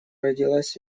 родилась